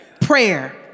Prayer